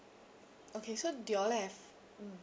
okay so do you all have mm